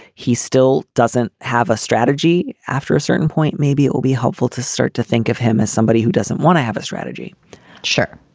he still doesn't have a strategy after a certain point, maybe it will be helpful to start to think of him as somebody who doesn't want to have a strategy sure.